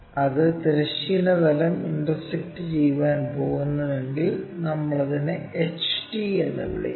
അത് തിരശ്ചീന തലം ഇന്റർസെക്ക്ട് ചെയ്യാൻ പോകുന്നുവെങ്കിൽ അതിനെ നമ്മൾ HT പോയിന്റ് എന്ന് വിളിക്കുന്നു